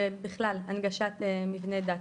ובכלל, הנגשת מבני דת.